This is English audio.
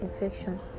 infection